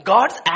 God's